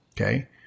okay